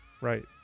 Right